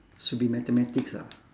should be mathematics ah